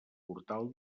portal